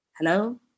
hello